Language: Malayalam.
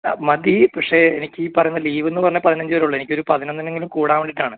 ആ മതി പക്ഷെ എനിക്ക് ഈ പറഞ്ഞ ലീവെന്ന് പറഞ്ഞാൽ പതിനഞ്ച് വരെ ഉള്ളൂ എനിക്ക് ഒരു പതിനൊന്നിന് എങ്കിലും കൂടാൻ വേണ്ടിയിട്ട് ആണ്